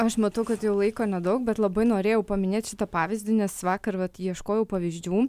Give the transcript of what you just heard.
aš matau kad jau laiko nedaug bet labai norėjau paminėt šitą pavyzdį nes vakar vat ieškojau pavyzdžių